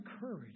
courage